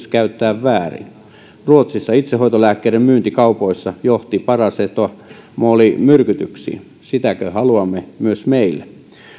käyttää väärin ruotsissa itsehoitolääkkeiden myynti kaupoissa johti parasetamolimyrkytyksiin sitäkö haluamme myös meille